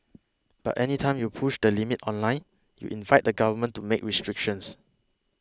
but any time you push the limits online you invite the government to make restrictions